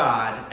God